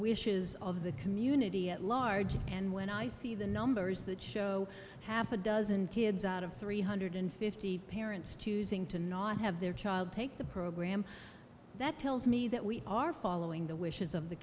wishes of the community at large and when i see the numbers that show half a dozen kids out of three hundred fifty parents choosing to not have their child take the program that tells me that we are following the wishes of the